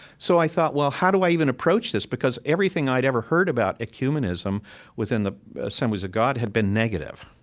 so i thought, well, how do i even approach this? because everything i'd ever heard about ecumenism within the assemblies of god had been negative.